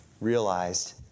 realized